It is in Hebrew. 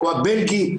או הבלגי,